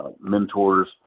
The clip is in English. mentors